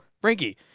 Frankie